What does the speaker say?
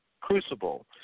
crucible